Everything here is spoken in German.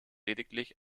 lediglich